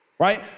right